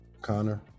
Connor